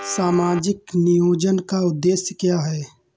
सामाजिक नियोजन का उद्देश्य क्या है?